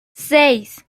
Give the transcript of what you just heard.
seis